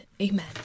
Amen